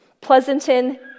Pleasanton